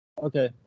Okay